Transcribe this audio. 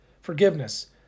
forgiveness